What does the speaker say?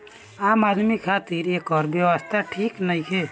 आम आदमी खातिरा एकर व्यवस्था ठीक नईखे